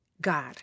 God